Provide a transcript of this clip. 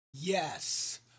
Yes